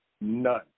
None